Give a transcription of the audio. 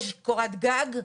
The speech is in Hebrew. יש קורת גג,